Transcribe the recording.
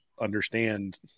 understand –